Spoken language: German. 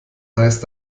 heißt